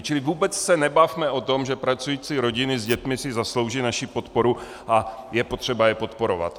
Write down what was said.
Čili vůbec se nebavme o tom, že pracující rodiny s dětmi si zaslouží naši podporu a je potřeba je podporovat.